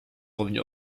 revenu